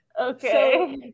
Okay